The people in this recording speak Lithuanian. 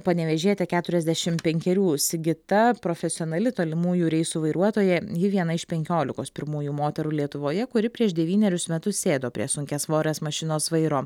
panevėžietė keturiasdešimt penkerių sigita profesionali tolimųjų reisų vairuotoja ji viena iš penkiolikos pirmųjų moterų lietuvoje kuri prieš devynerius metus sėdo prie sunkiasvorės mašinos vairo